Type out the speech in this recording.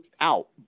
out